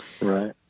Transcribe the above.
right